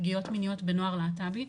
פגיעות מיניות בנוער להט"בי,